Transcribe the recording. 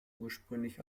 ursprünglich